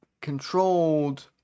controlled